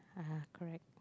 correct